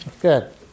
Good